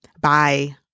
Bye